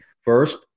first